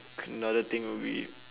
another thing would be